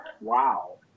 wow